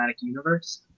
universe